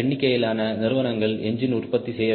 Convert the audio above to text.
எண்ணிக்கையிலான நிறுவனங்கள் என்ஜின் உற்பத்தி செய்யவில்லை